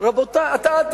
אתה לא יודע מה זה.